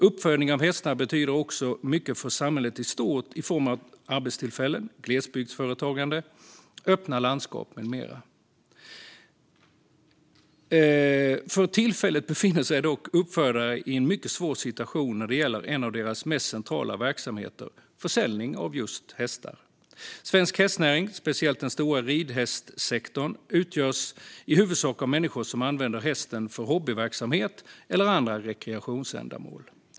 Uppfödning av hästar betyder också mycket för samhället i stort i form av arbetstillfällen, glesbygdsföretagande, öppna landskap med mera. För tillfället befinner sig dock uppfödare i en mycket svår situation när det gäller en av deras mest centrala verksamheter, nämligen försäljning av hästar. Svensk hästnäring, speciellt den stora ridhästsektorn, utgörs i huvudsak av människor som använder hästen för hobbyverksamhet eller andra rekreationsändamål.